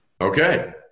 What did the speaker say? okay